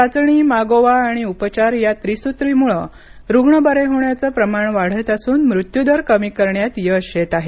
चाचणी मागोवा आणि उपचार या त्रिसूत्रीमुळे रुग्ण बरे होण्याचे प्रमाण वाढत असून मृत्यूदर कमी करण्यात यश येत आहे